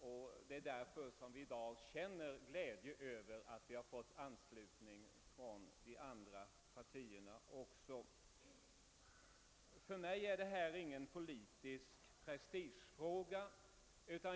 Vi känner därför i dag glädje över att vi fått anslutning också från de andra demokratiska partierna. För mig är detta ingen politisk prestigefråga.